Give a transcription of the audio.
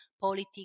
politics